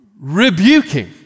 rebuking